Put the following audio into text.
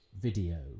video